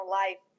life